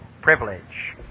privilege